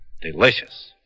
delicious